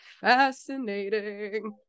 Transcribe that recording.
fascinating